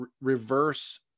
reverse